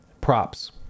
props